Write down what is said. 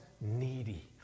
needy